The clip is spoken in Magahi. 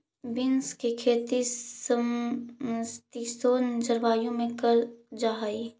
बींस की खेती समशीतोष्ण जलवायु में करल जा हई